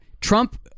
Trump